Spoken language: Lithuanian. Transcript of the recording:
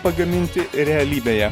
pagaminti realybėje